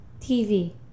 TV